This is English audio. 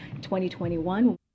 2021